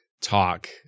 talk